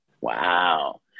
Wow